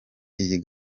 iyi